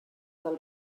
del